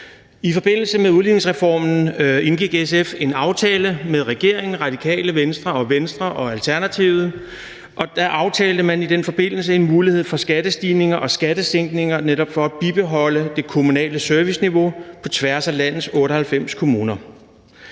I forbindelse med udligningsreformen indgik SF en aftale med regeringen, Radikale Venstre, Venstre og Alternativet, og da aftalte man en mulighed for skattestigninger og skattesænkninger, netop for at bibeholde det kommunale serviceniveau på tværs af landets 98 kommuner.